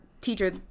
teacher